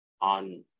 on